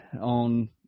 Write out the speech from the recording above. on